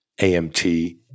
AMT